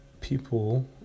people